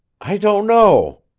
i don't know,